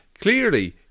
clearly